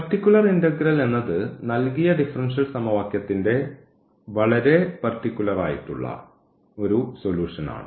particular integral എന്നത് നൽകിയ differential സമവാക്യത്തിൻറെ വളരെ പർട്ടിക്കുലറായിട്ടുള്ള ഒരു സൊലൂഷൻ ആണ്